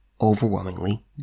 overwhelmingly